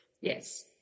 yes